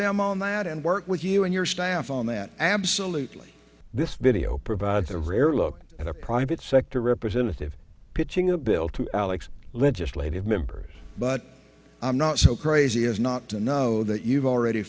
them on that and work with you and your staff on that absolutely this video provides a rare look at a private sector representative pitching a bill to alex legislative members but i'm not so crazy as not to know that you've already